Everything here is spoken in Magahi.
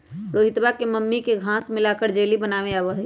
रोहितवा के मम्मी के घास्य मिलाकर जेली बनावे आवा हई